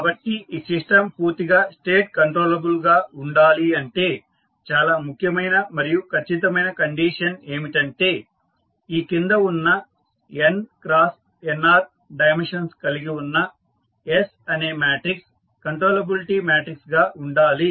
కాబట్టి ఈ సిస్టం పూర్తిగా స్టేట్ కంట్రోలబుల్ గా ఉండాలి అంటే చాలా ముఖ్యమయిన మరియు ఖచ్చితమైన కండిషన్ ఏమిటంటే ఈ కింద ఉన్న n×nr డైమెన్షన్ కలిగి ఉన్న S అనే మాట్రిక్స్ కంట్రోలబిలిటీ మాట్రిక్స్ గా ఉండాలి